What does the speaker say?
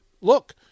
look